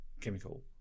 chemical